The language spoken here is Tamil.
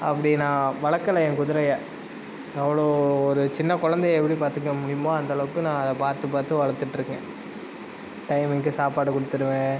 அப்படி நான் வளர்க்கல என் குதிரையை அவ்வளோ ஒரு சின்ன குழந்தையை எப்படி பார்த்துக்க முடியுமோ அந்த அளவுக்கு நான் அதை பார்த்து பார்த்து வளர்த்துட்டு இருக்கேன் டைமிங்க்கு சாப்பாடு கொடுத்துடுவேன்